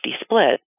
split